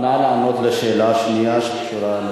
נא לענות על השאלה השנייה שקשורה,